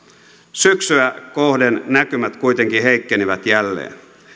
syksyä kohden näkymät kuitenkin heikkenivät jälleen